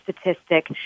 statistic